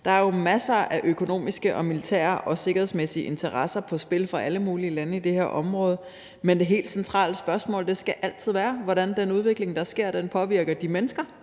Der er masser af økonomiske og militære og sikkerhedsmæssige interesser på spil for alle mulige lande i det her område, men det helt centrale spørgsmål skal altid være, hvordan den udvikling, der sker, påvirker de mennesker,